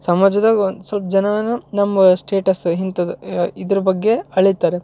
ಸಮಾಜದಾಗೆ ಒಂದು ಸ್ವಲ್ಪ ಜನರು ನಮ್ಮ ಸ್ಟೇಟಸ್ಸು ಇಂಥದ್ದು ಇದ್ರ ಬಗ್ಗೆ ಹಳಿತಾರೆ